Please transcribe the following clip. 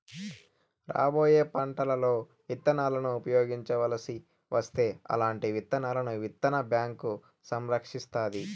రాబోయే పంటలలో ఇత్తనాలను ఉపయోగించవలసి వస్తే అల్లాంటి విత్తనాలను విత్తన బ్యాంకు సంరక్షిస్తాది